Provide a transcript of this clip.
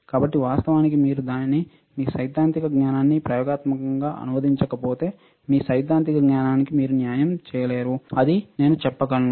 కాబట్టి వాస్తవానికి మీరు దానిని మీ సిద్ధాంతిక జ్ఞానాన్ని ప్రయోగాత్మకంగా అనువదించకపోతే మీ సిద్ధాంతిక జ్ఞానానికి మీరు న్యాయం చేయడం లేదు అది నేను చెప్పగలను